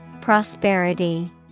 Prosperity